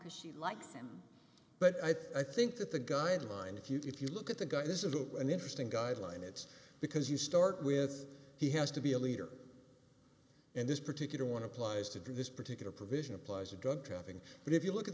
because she likes him but i think that the guideline if you do if you look at the guy this is the an interesting guideline it's because you start with he has to be a leader and this particular one applies to do this particular provision applies to drug trafficking but if you look at